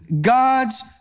God's